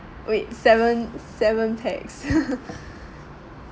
wait seven seven pax